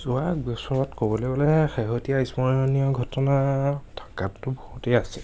যোৱা বছৰত ক'বলৈ গ'লে শেহতীয়া স্মৰণীয় ঘটনা থকাতটো বহুতেই আছে